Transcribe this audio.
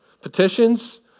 Petitions